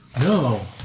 No